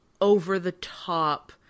over-the-top